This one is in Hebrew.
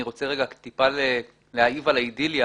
אני רוצה רגע טיפה להעיב על האידיליה.